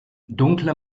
dunkle